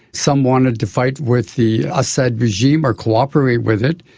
some wanted to fight with the assad regime or cooperate with it,